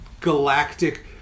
galactic